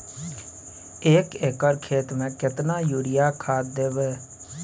एक एकर खेत मे केतना यूरिया खाद दैबे?